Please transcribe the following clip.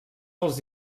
els